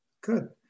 Good